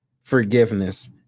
forgiveness